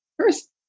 first